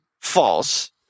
false